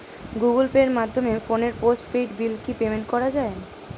Google পের মাধ্যমে ফোনের পোষ্টপেইড বিল কি পেমেন্ট করা যায়?